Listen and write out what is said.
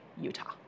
Utah